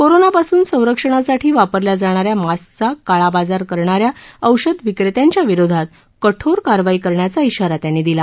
कोरोनापासून संरक्षणासाठी वापरल्या जाणाऱ्या मास्कचा काळाबाजार करणाऱ्या औषधविक्रेत्यांच्या विरोधात कठोर कारवाई करण्याचा इशारा त्यांनी दिला